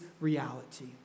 reality